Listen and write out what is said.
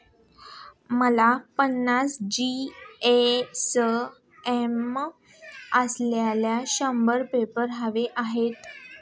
मला पन्नास जी.एस.एम असलेले शंभर पेपर हवे आहेत